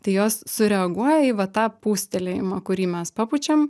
tai jos sureaguoja į va tą pūstelėjimą kurį mes papučiam